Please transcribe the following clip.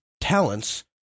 talents